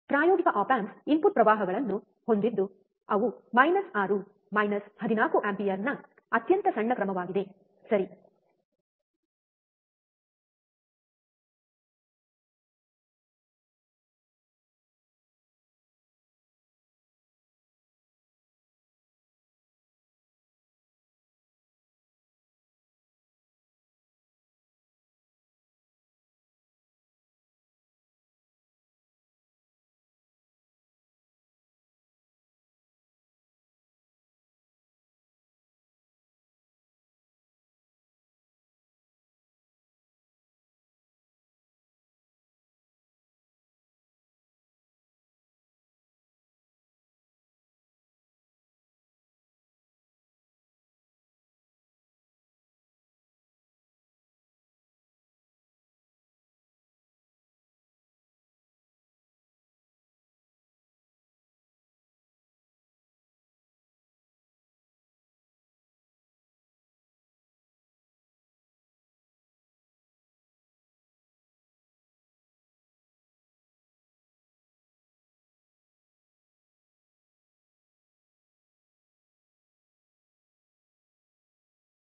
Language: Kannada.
ಪ್ರಾಯೋಗಿಕ ಆಪ್ ಆಂಪ್ಸ್ ಇನ್ಪುಟ್ ಪ್ರವಾಹಗಳನ್ನು ಹೊಂದಿದ್ದು ಅವು ಮೈನಸ್ 6 ಮೈನಸ್ 14 ಆಂಪಿಯರ್ನ ಅತ್ಯಂತ ಸಣ್ಣ ಕ್ರಮವಾಗಿದೆ ಸರಿ